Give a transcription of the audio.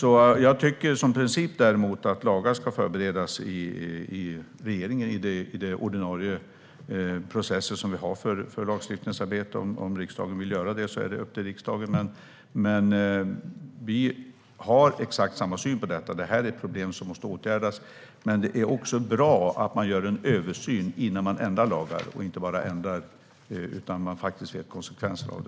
Jag tycker som princip att lagar ska förberedas i regeringen i de ordinarie processer som vi har för lagstiftningsarbete. Om riksdagen vill göra det är det upp till riksdagen, men vi har exakt samma syn på detta. Det här är ett problem som måste åtgärdas, men det är bra att man gör en översyn innan man ändrar lagar - att man inte bara ändrar utan också förstår konsekvenserna av det.